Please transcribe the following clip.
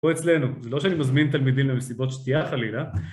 פה אצלנו, זה לא שאני מזמין תלמידים למסיבות שתייה חלילה